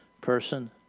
person